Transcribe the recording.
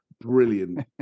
brilliant